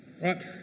Right